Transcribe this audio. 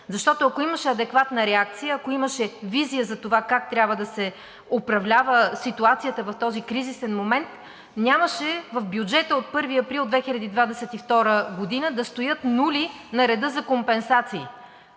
защото, ако имаше адекватна реакция, ако имаше визия за това как трябва да се управлява ситуацията в този кризисен момент, нямаше в бюджета от 1 април 2022 г. да стоят нули на реда за компенсации.